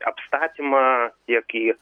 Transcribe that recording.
apstatymą tiek į